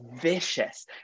vicious